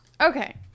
Okay